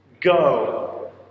go